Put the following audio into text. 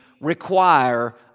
require